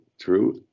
true